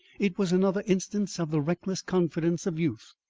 it was another instance of the reckless confidence of youth.